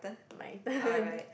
my turn